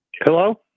Hello